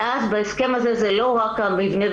ובהסכם הזה זה לא רק המבנה,